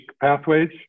pathways